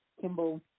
Kimball